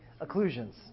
occlusions